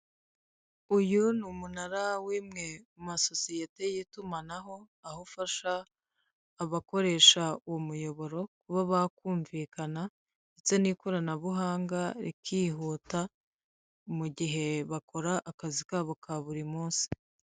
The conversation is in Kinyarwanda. Uyu ni umunara w'imwe mu masosiyete y'itumanaho, aho ufasha abakoresha uwo muyoboro kuba bakumvikana, ndetse n'ikoranabuhanga rikihuta, mu gihe bakora akazi kabo ka buri munsi.